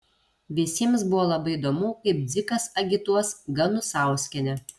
visiems buvo labai įdomu kaip dzikas agituos ganusauskienę